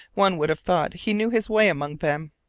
one would have thought he knew his way among them.